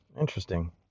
interesting